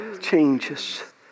changes